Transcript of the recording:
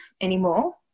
anymore